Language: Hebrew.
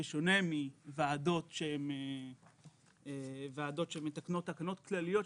בשונה מוועדות שהן ועדות שמתקנות תקנות כלליות,